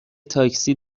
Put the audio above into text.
تاکسی